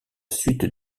suite